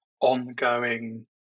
ongoing